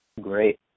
Great